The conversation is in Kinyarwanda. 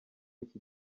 iki